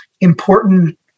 important